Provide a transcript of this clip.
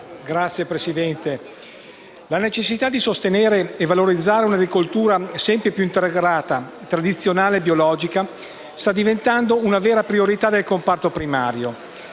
la necessità di sostenere e valorizzare un'agricoltura sempre più integrata, tradizionale e biologica sta diventando una vera priorità del comparto primario.